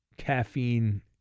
Caffeine